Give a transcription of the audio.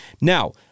Now